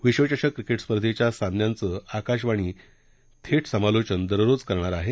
विश्वचषक क्रिकेट स्पर्धेच्या सामन्यांचं आकाशवाणी थेट समालोचन दररोज करणार आहे